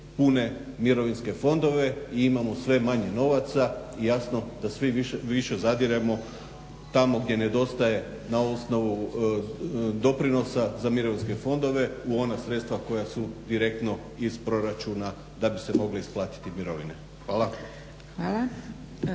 pune mirovinske fondove i imamo sve manje novaca. I jasno da svi više zadiremo tamo gdje nedostaje doprinosa za mirovinske fondove u ona sredstva koja su direktno iz proračuna da bi se mogle isplatiti mirovine. Hvala.